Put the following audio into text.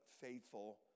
faithful